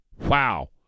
wow